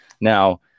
Now